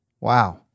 Wow